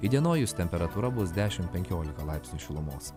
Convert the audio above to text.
įdienojus temperatūra bus dešim penkiolika laipsnių šilumos